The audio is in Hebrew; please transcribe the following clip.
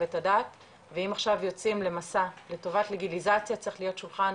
את הדעת ואם עכשיו יוצאים במסע לטובת לגליזציה צריך להיות שולחן